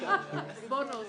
לסעיף 1 לא נתקבלה.